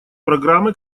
программы